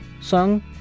song